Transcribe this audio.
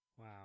Wow